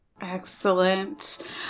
Excellent